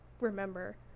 remember